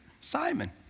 Simon